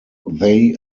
they